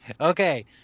Okay